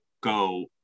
go